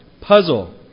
Puzzle